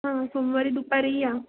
हां सोमवारी दुपारी या